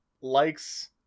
likes